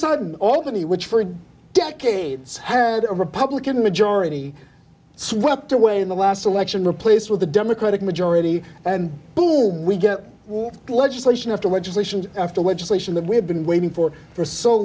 sudden albany which for decades had a republican majority swept away in the last election replaced with a democratic majority and we get legislation after registrations after legislation that we have been waiting for for so